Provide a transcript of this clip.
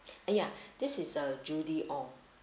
ya this is uh judy ong